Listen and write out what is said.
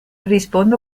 rispondo